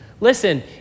Listen